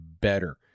better